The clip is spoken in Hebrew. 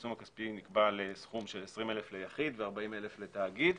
העיצום הכספי נקבע ל-20,000 ליחיד ו-40,000 לתאגיד.